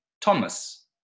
Thomas